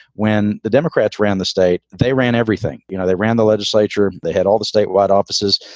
when the democrats ran the state, they ran everything. you know they ran the legislature. they had all the statewide offices.